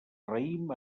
raïm